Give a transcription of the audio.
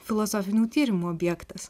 filosofinių tyrimų objektas